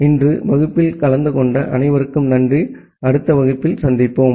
இன்று வகுப்பில் கலந்து கொண்ட அனைவருக்கும் நன்றி அடுத்த வகுப்பில் சந்திப்போம்